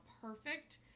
perfect